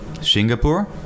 Singapore